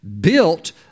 built